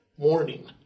morning